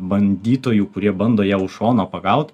bandytojų kurie bando ją už šono pagaut